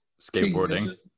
Skateboarding